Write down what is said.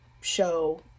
show